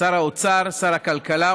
שר האוצר ושר הכלכלה,